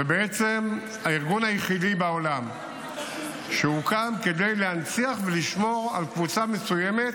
זה למעשה הארגון היחיד בעולם שהוקם כדי להנציח ולשמור על קבוצה מסוימת